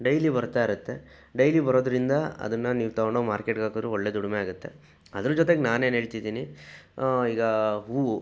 daily ಬರ್ತಾಯಿರತ್ತೆ daily ಬರೋದ್ರಿಂದ ಅದನ್ನು ನೀವು ತಗೊಂಡು ಹೋಗಿ ಮಾರ್ಕೆಟ್ಗೆ ಹಾಕಿದ್ರೂ ಒಳ್ಳೆಯ ದುಡಿಮೆ ಆಗುತ್ತೆ ಅದರ ಜೊತೆಗೆ ನಾನು ಏನು ಹೇಳ್ತಿದ್ದೀನಿ ಈಗ ಹೂವು